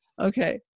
Okay